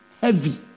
heavy